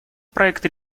проект